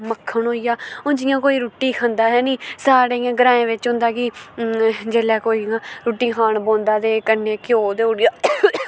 मक्खन होई गेआ हून जियां कोई रुट्टी खंदा हैनी साढ़ै इ'यां ग्राएं बिच्च होंदा कि जेल्लै कोई इ'यां रुट्टी खान बौंह्दा ते कन्नै घ्यो देउड़ेआ